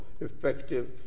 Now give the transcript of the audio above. effective